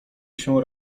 się